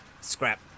Scrap